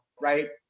right